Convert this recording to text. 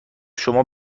شما